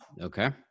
Okay